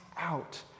out